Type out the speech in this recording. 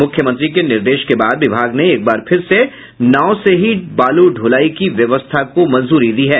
मुख्यमंत्री के निर्देश के बाद विभाग ने एक बार फिर से नाव से ही बालू ढुलाई की व्यवस्था को मंजूरी दी है